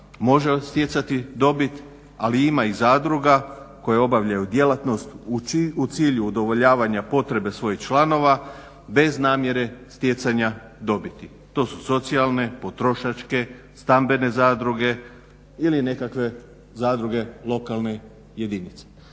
može stjecati dobit ali ima i zadruga koje obavljaju djelatnost u cilju udovoljavanja potrebe svojih članova bez namjere stjecanja dobiti. To su socijalne, potrošačke, stambene zadruge ili nekakve zadruge lokalne jedinice.